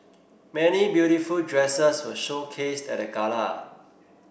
many beautiful dresses were showcased at the gala